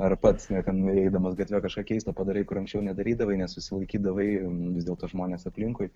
ar pats na ten eidamas gatve kažką keistai padarai kur anksčiau nedarydavai nes susilaikydavai vis dėlto žmonės aplinkui